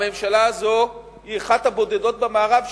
הממשלה הזאת היא אחת הבודדות במערב,